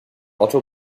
otto